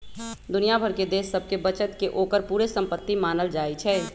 दुनिया भर के देश सभके बचत के ओकर पूरे संपति मानल जाइ छइ